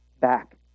back